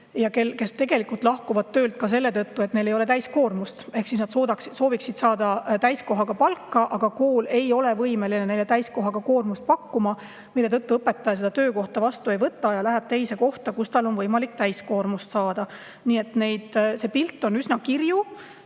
ja kes lahkuvad töölt selle tõttu, et neil ei ole täiskoormust. Nad sooviksid saada täiskoha palka, aga kool ei ole võimeline neile täiskohaga koormust pakkuma, mille tõttu õpetaja seda töökohta vastu ei võta ja läheb teise kohta, kus tal on võimalik täiskoormus saada. Nii et see pilt on üsna kirju.